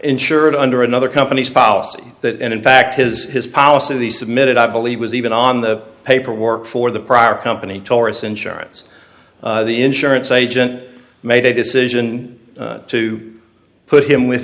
insured under another company's policy that in fact his his policy these submitted i believe was even on the paperwork for the prior company taurus insurance the insurance agent made a decision to put him with